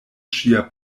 ŝia